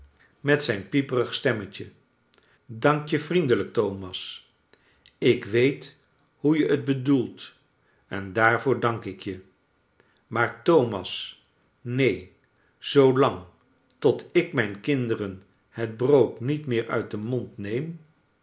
met zijn j pieperig stemmetje dank je vriendelijk thomas ik weet hoe je t bedoelt en daarvoor dank ik je maar thomas neen zoolang tot ik mijn kinderen het brood niet meer uit den mond neem